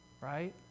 right